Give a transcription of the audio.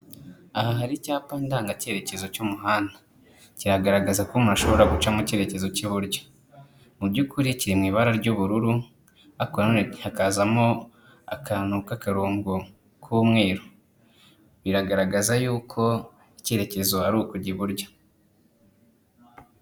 Aha hari icyapa ndanga cyeyerekezo cy'umuhanda, kigaragaza ko umuntu ashobora gucamo cyerekezo cy'iburyo. Mu by'ukuri kiri mu ibara ry'ubururu ariko nanone hakazamo akantu k'akarongo k'umweru, biragaragaza yuko icyerekezo ari ukujya iburyo.